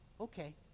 Okay